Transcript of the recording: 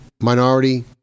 minority